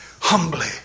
humbly